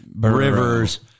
Rivers